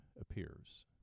appears